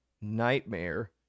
nightmare